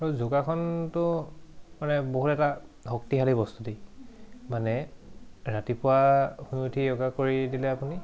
আৰু যোগাসনটো মানে বহুত এটা শক্তিশালী বস্তু দেই মানে ৰাতিপুৱা শুই উঠি য়ৌগা কৰি দিলে আপুনি